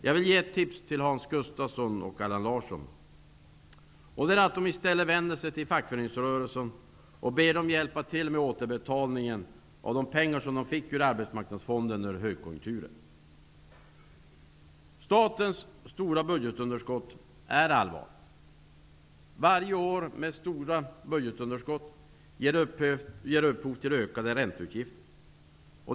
Jag vill ge Hans Gustafsson och Allan Larsson det tipset att i stället vända sig till fackföreningsrörelsen och be den att återbetala de pengar som den fick ur Statens stora budgetunderskott är allvarligt. Varje år med stora budgetunderskott ger upphov till ökade ränteutgifter.